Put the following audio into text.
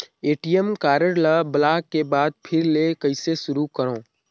ATM card ल block के बाद फिर ले कइसे शुरू करव?